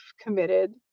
committed